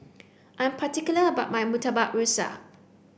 I'm particular about my Murtabak Rusa